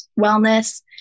wellness